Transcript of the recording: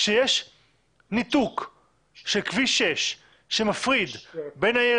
כשיש ניתוק של כביש 6 שמפריד בין העיר